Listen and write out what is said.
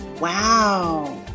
Wow